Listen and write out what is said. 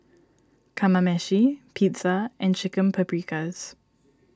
Kamameshi Pizza and Chicken Paprikas